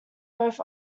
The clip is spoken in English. both